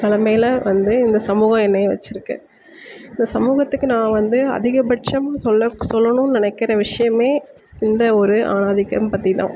நிலமையில வந்து இந்த சமூகம் என்னைய வச்சி இருக்கு இந்த சமூகத்துக்கு நான் வந்து அதிகபட்சம் சொல்ல சொல்லணுன்னு நினைக்கிற விஷயமே இந்த ஒரு ஆண் ஆதிக்கம் பற்றிதான்